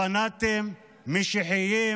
פנאטיים ומשיחיים,